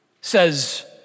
says